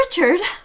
Richard